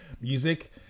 music